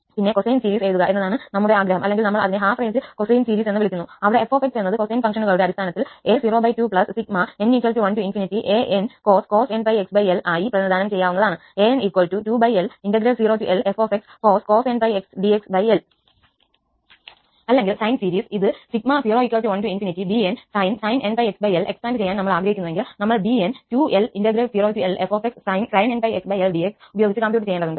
പിന്നെ cosine series എഴുതുക എന്നതാണ് ഞങ്ങളുടെ ആഗ്രഹം അല്ലെങ്കിൽ നമ്മൾ അതിനെ ഹാഫ് റേഞ്ച് കോസിൻ സീരീസ് എന്ന് വിളിക്കുന്നു അവിടെ 𝑓 𝑥 എന്നത് കോസിൻ ഫംഗ്ഷനുകളുടെ അടിസ്ഥാനത്തിൽ a02n1ancos nπxL ആയി പ്രതിനിധാനം ചെയ്യാവുന്നതാണ്an2L0Lfcos nπxL dx അല്ലെങ്കിൽ സൈൻ സീരീസ് ഇത് 01bnsin nπxLഎസ്പാൻഡ് ചെയ്യാൻ നമ്മൾ ആഗ്രഹിക്കുന്നുവെങ്കിൽ നമ്മൾ 𝑏𝑛 വിത്ത് 2L0Lfsin nπxLdxഉപയോഗിച്ച്കംപ്യൂട്ട ചെയ്യേണ്ടതുണ്ട്